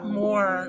more